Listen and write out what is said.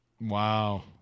Wow